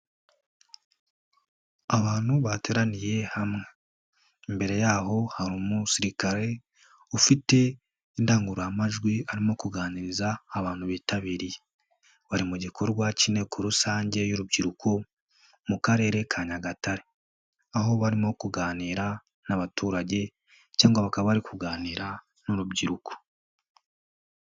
Abantu bateraniye hamwe, imbere y'aho hari umusirikare ufite indangururamajwi arimo kuganiriza abantu bitabiriye, bari mu gikorwa k'inteko rusange y'urubyiruko mu Karere ka Nyagatare, aho barimo kuganira n'abaturage cyangwa bakaba bari kuganira n'urubyiruko.